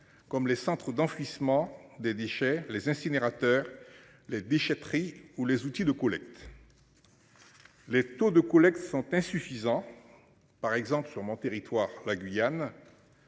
Comme les centres d'enfouissement des déchets. Les incinérateurs les déchetteries ou les outils de collecte. Les taux de collectes sont insuffisants. Par exemple, sur mon territoire. La Guyane.